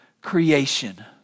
creation